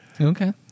Okay